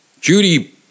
Judy